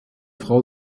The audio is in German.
frau